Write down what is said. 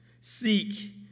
Seek